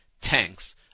tanks